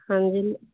ਹਾਂਜੀ